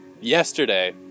yesterday